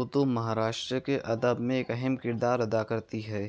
اردو مہاراشٹر کے ادب میں ایک اہم کردار ادا کرتی ہے